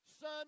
son